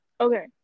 okay